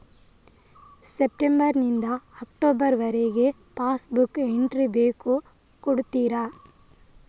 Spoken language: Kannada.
ಸೆಪ್ಟೆಂಬರ್ ನಿಂದ ಅಕ್ಟೋಬರ್ ವರಗೆ ಪಾಸ್ ಬುಕ್ ಎಂಟ್ರಿ ಬೇಕು ಕೊಡುತ್ತೀರಾ?